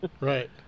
right